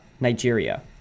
Nigeria